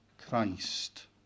Christ